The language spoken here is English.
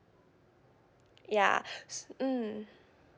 ya s~ mm